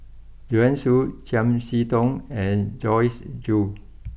Joanne Soo Chiam see Tong and Joyce Jue